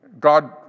God